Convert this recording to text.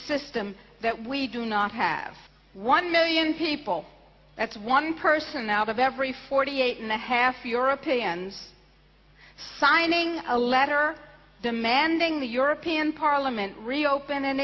system that we do not have one million people at one person out of every forty eight and a half europeans signing a letter demanding the european parliament reopen